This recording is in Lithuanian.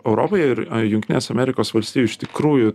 europoj ir jungtinės amerikos valstijų iš tikrųjų